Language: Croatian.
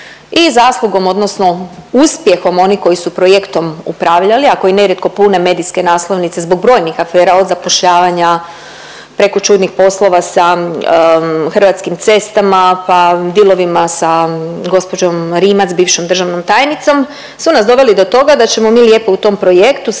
i zaslugom odnosno uspjehom onih koji su projektom upravljali, ako i nerijetko pune medijske naslovnice zbog brojnih afera od zapošljavanja preko čudnih poslova sa Hrvatskim cestama, pa dilovima sa gospođom Rimac bivšom državnom tajnicom su nas doveli do toga da ćemo mi lijepo u tom projektu